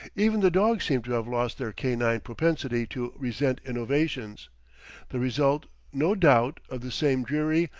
even the dogs seem to have lost their canine propensity to resent innovations the result, no doubt, of the same dreary,